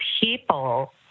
people